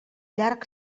llarg